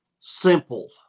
simple